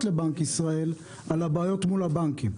לבנק ישראל על הבעיות מול הבנקים.